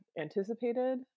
anticipated